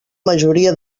majoria